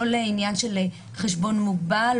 מותר לי עד 1,500 שקלים במזומן,